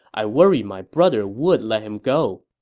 i worry my brother would let him go.